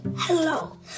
hello